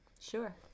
Sure